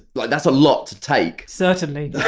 like that's a lot to take certainly,